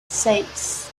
seis